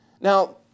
Now